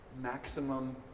maximum